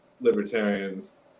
libertarians